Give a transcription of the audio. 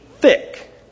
thick